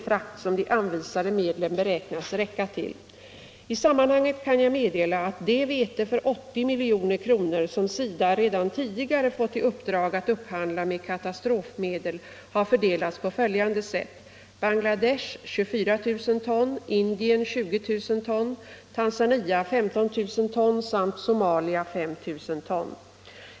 frakt som de anvisade medlen beräknas räcka till. I sammanhanget kan jag meddela att det vete för 80 milj.kr. som SIDA redan tidigare fått i uppdrag att upphandla med katastrofmedel har fördelats på följande sätt: Bangladesh 24 000 ton, Indien 20 000 ton, Tanzania 15 000 ton samt Somalia 5 000 ton.